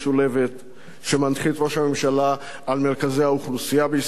שמנחית ראש הממשלה על מרכזי האוכלוסייה בישראל,